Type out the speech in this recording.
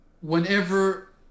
whenever